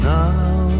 now